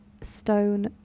stone